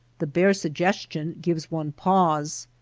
the bare sug gestion gives one pause.